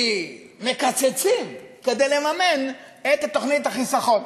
מקצצים כדי לממן את תוכנית החיסכון,